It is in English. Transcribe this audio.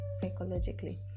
psychologically